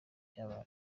byabaye